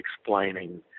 explaining